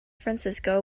francisco